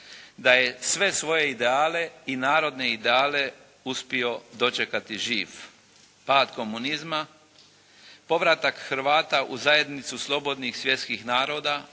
da je sve svoje ideale i narodne ideale uspio dočekati živ: pad komunizma, povratak Hrvata u zajednicu slobodnih svjetskih naroda,